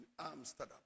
Amsterdam